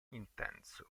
intenso